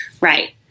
Right